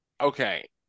Okay